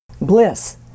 bliss